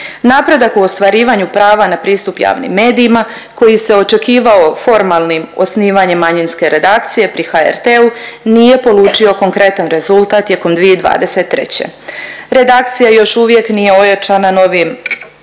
Napredak u ostvarivanju prava na pristup javnim medijima koji se očekivao formalnim osnivanjem manjinske redakcije pri HRT-u, nije polučio konkretan rezultat tijekom 2023. Redakcija još uvijek nije ojačana novim,